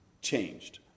changed